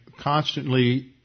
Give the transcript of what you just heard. constantly